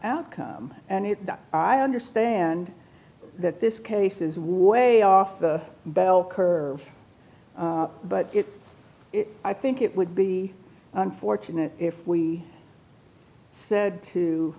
outcome and if i understand that this case is way off the bell curve but i think it would be unfortunate if we said to